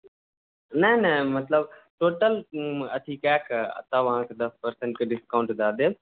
नहि नहि मतलब टोटल अथी कय कऽ तब अहाँके दस परसेन्टकेँ डिस्काउण्ट दय देब